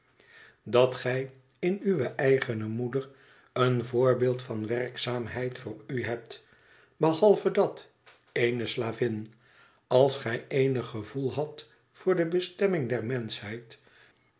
dat gij in uwe eigene moeder een voorbeeld van werkzaamheid voor u hebt behalve dat eene slavin als gij eenig gevoel hadt voor de bestemming der menschheid